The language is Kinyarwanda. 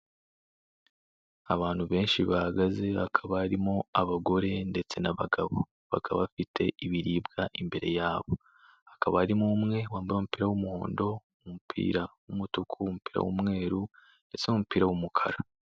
Abantu benshi bahagaze hakaba barimo abagore ndetse n'abagabo, bakaba bafite ibiribwa imbere yabo, hakaba harimo umwe wambaye umupira w'umuhondo, umupira w'umutuku, umupira w'umweru ndetse n'umupira w'umukara.